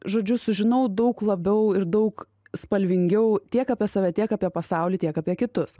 žodžiu sužinau daug labiau ir daug spalvingiau tiek apie save tiek apie pasaulį tiek apie kitus